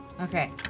Okay